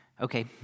Okay